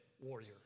warrior